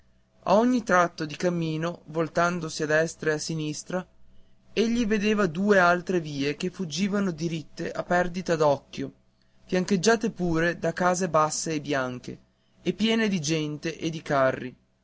ogni tratto di cammino voltandosi a destra e a sinistra egli vedeva due altre vie che fuggivano diritte a perdita d'occhio fiancheggiate pure da case basse e bianche e piene di gente e di carri